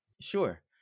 Sure